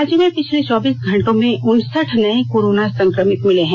राज्य में पिछले चौबीस घंटों में उनसठ नए कोरोना संकमित मिले हैं